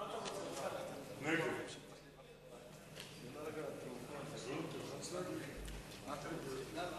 ההצעה שלא לכלול את הנושא בסדר-היום של הכנסת נתקבלה.